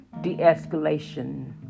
de-escalation